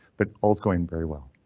but all is going very well.